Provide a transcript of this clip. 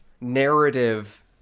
narrative